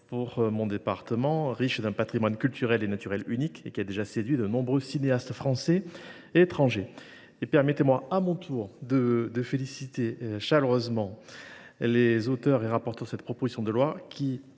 pour mon département, riche d’un patrimoine culturel et naturel unique et qui a déjà séduit de nombreux cinéastes français et étrangers. Permettez moi de féliciter chaleureusement, à mon tour, les auteurs et rapporteurs de cette proposition de loi,